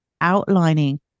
outlining